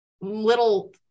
little